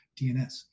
DNS